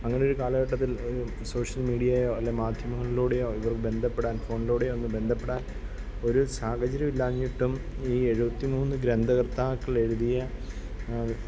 അങ്ങനെ ഒരു കാലഘട്ടത്തിൽ ഒരു സോഷ്യൽ മീഡിയയോ അല്ലെങ്കിൽ മാധ്യമങ്ങളിലൂടെയോ ഇവർ ബന്ധപ്പെടാൻ ഫോണിലൂടെയോ ഒന്ന് ബന്ധപ്പെടാൻ ഒരു സാഹചര്യം ഇല്ലാഞ്ഞിട്ടും ഈ എഴുപത്തി മൂന്ന് ഗ്രന്ഥകർത്താക്കളെഴുതിയ